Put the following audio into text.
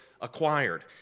acquired